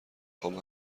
خوام